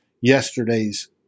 yesterday's